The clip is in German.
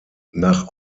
nach